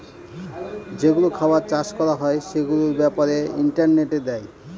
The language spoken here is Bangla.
যেগুলো খাবার চাষ করা হয় সেগুলোর ব্যাপারে ইন্টারনেটে দেয়